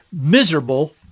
miserable